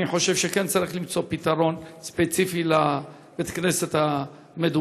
אני חושב שכן צריך למצוא פתרון ספציפי לבית-הכנסת המדובר.